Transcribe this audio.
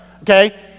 okay